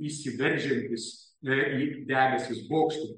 įsiveržiantys lyg debesys bokštai